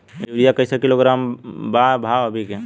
Urea कइसे kilo बा भाव अभी के?